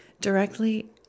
Directly